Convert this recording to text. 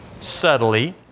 subtly